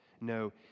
No